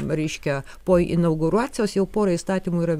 reiškia po inauguracijos jau pora įstatymų yra